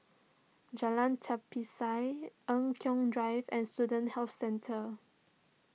Jalan Tapisan Eng Kong Drive and Student Health Centre